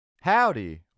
Howdy